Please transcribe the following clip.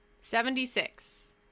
Seventy-six